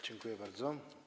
Dziękuję bardzo.